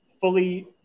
fully